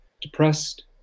depressed